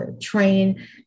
train